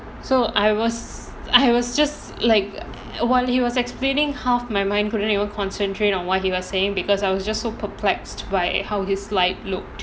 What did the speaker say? so I was I was just like while he was explaining half my mind couldn't even concentrate on what he was saying because I was just so perplexed by how his slides looked